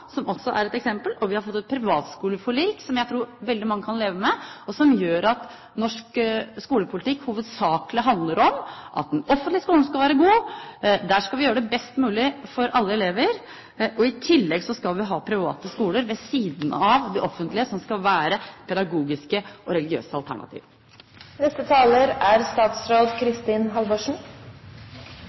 som også er et eksempel. Og vi har fått et privatskoleforlik, som jeg tror veldig mange kan leve med, og som gjør at norsk skolepolitikk hovedsakelig handler om at den offentlige skolen skal være god, der skal vi gjøre det best mulig for alle elever, og i tillegg skal vi ha private skoler ved siden av de offentlige som skal være pedagogiske og religiøse